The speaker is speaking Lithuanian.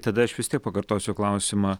tada aš vis tiek pakartosiu klausimą